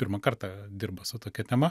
pirmą kartą dirba su tokia tema